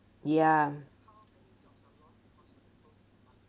ya